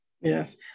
Yes